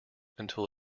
until